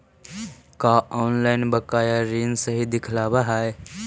का ऑनलाइन बकाया ऋण सही दिखावाल जा हई